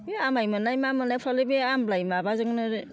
बे आमाइ मोननाय मा मोननायफ्रावलाय बे आमलाइ माबाजोंनो